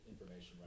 information